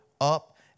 up